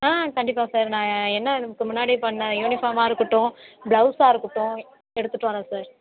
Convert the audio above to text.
ஆ கண்டிப்பாக சார் நான் என்ன இதுக்கு முன்னாடி பண்ண யூனிஃபார்மாக இருக்கட்டும் ப்ளவுஸாக இருக்கட்டும் எடுத்துகிட்டு வரேன் சார்